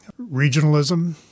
regionalism